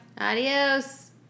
adios